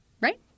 right